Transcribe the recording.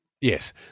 Yes